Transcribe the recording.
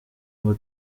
ngo